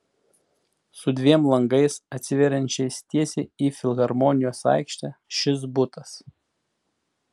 su dviem langais atsiveriančiais tiesiai į filharmonijos aikštę šis butas